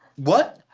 what?